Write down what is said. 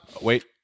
Wait